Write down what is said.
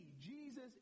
Jesus